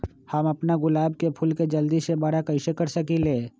हम अपना गुलाब के फूल के जल्दी से बारा कईसे कर सकिंले?